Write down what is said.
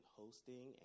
hosting